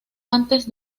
antes